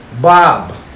Bob